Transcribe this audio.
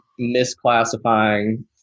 misclassifying